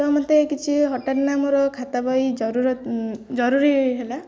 ତ ମୋତେ କିଛି ହଠାତ୍ ନା ମୋର ଖାତା ବହି ଜରୁରୀ ହେଲା